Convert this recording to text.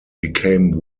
became